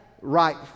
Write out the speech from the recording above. right